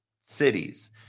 cities